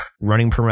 Running